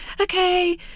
okay